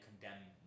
condemning